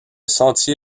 sentier